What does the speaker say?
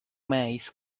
meis